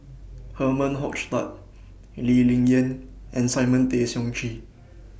Herman Hochstadt Lee Ling Yen and Simon Tay Seong Chee